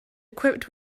equipped